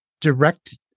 direct